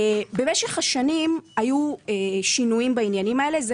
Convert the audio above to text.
במשך השנים היו שינויים בעניינים האלה.